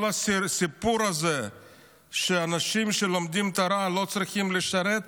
כל הסיפור הזה שאנשים שלומדים תורה לא צריכים לשרת,